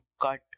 cut